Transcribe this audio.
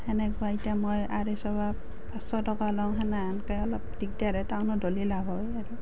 এনেকুৱা এতিয়া মই আঢ়ৈশ বা পাঁচশ টকা লওঁ হেনেহেনকৈ অলপ দিগদাৰ হয় টাউনত হ'লে লাভ হয় আৰু